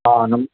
आम्